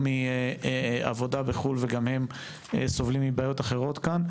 או מעבודה בחו"ל וגם הם סובלים מבעיות אחרות כאן.